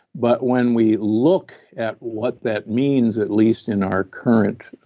but when we look at what that means, at least in our current